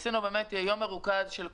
עשינו יום מרוכז וראיתי מקרוב את כל